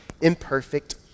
imperfect